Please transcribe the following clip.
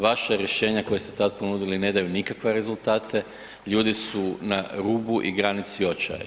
Vaše rješenje koje ste tad ponudili ne daju nikakve rezultate, ljudi su na rubu i granici očaja.